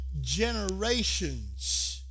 generations